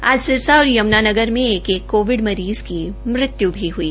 आज सिरसा और यम्नानगर में एक एक कोविड मरीज़ की मौत हई